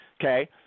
okay